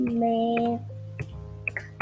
make